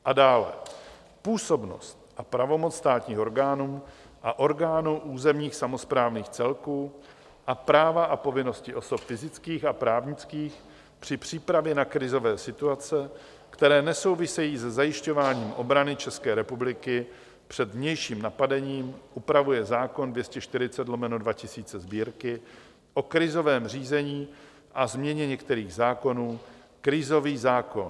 A dále: Působnost a pravomoc státních orgánů a orgánů územních samosprávných celků a práva a povinnosti osob fyzických a právnických při přípravě na krizové situace, které nesouvisejí se zajišťováním obrany České republiky před vnějším napadením, upravuje zákon č. 240/2000 Sb., o krizovém řízení a o změně některých zákonů, krizový zákon.